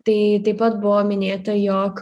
tai taip pat buvo minėta jog